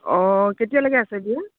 অঁ কেতিয়ালৈকে আছে বিয়া